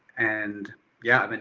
and yeah, but